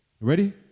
Ready